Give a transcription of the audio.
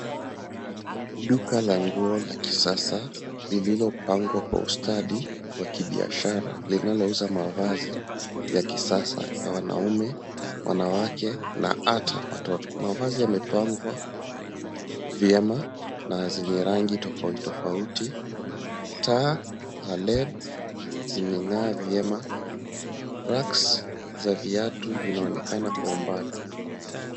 Duka la nguo la kisasa lililopangwa kwa ustadi wa kibiashara linalouza mavazi ya kisasa ya wanaume, wanawake na hata watoto. Mavazi yamepangwa vyema na zenye rangi tofauti tofauti. Taa la LED zimeng'aa vyema racks za viatu zinaonekana kwa umbali.